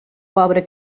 pobre